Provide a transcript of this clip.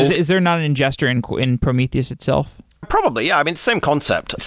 is there not an ingester in in prometheus itself? probably, yeah. i mean, same concept.